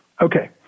Okay